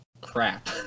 crap